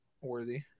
worthy